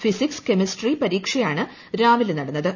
physics chemistry പരീക്ഷയാണ് രാവിലെ നടന്നത്